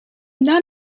not